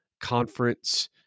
conference